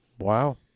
Wow